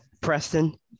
Preston